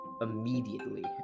immediately